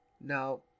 Now